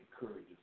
encourages